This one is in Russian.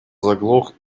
заглох